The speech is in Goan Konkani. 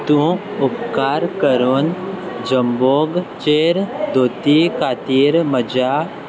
तूं उपकार करून जंबोगचेर धोती खातीर म्हज्या